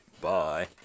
Bye